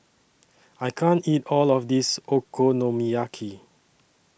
I can't eat All of This Okonomiyaki